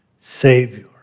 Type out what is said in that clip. Savior